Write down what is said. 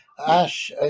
Ash